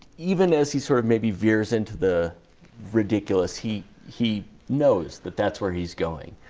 even as he sort of maybe veers into the ridiculous, he he knows that that's where he's going.